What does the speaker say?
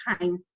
time